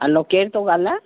हलो केरु थो ॻाल्हाए